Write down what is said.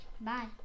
Bye